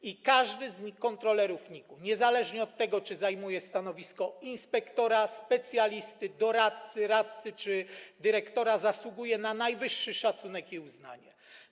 I każdy z kontrolerów NIK-u, niezależnie od tego, czy zajmuje stanowisko inspektora, specjalisty, doradcy, radcy czy dyrektora, zasługuje na najwyższy szacunek i uznanie.